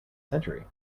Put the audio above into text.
century